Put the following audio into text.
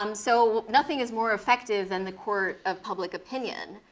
um so nothing is more effective than the court of public opinion.